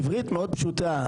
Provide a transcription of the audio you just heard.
עברית מאוד פשוטה.